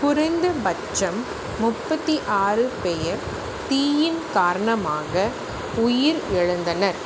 குறைந்தபட்சம் முப்பத்தி ஆறு பேர் தீயின் காரணமாக உயிர் இழந்தனர்